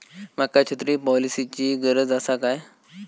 माका छत्री पॉलिसिची गरज आसा काय?